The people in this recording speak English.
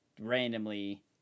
randomly